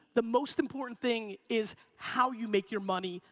the most important thing is how you make your money,